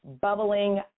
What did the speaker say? bubbling